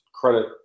credit